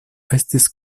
estis